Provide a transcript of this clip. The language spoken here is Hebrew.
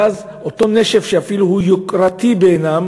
ואז אותו נשף שהוא אפילו יוקרתי בעיניהם,